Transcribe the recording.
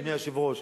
אדוני היושב-ראש,